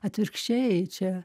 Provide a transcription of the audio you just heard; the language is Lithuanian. atvirkščiai čia